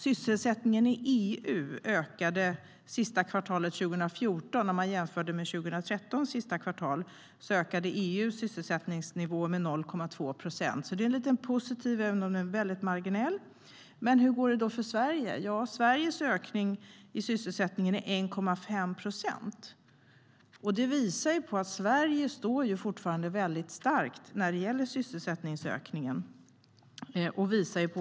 Sysselsättningsnivån i EU ökade det sista kvartalet 2014 jämfört med sista kvartalet 2013 med 0,2 procent. Det är positivt, även om det är en väldigt marginell ökning. Men hur går det då för Sverige? Jo, Sveriges ökning i sysselsättning var 1,5 procent. Det visar att Sverige fortfarande står väldigt starkt när det gäller sysselsättningsökningen.